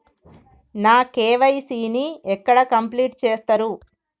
నా కే.వై.సీ ని ఎక్కడ కంప్లీట్ చేస్తరు?